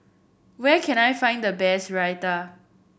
where can I find the best Raita